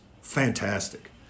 fantastic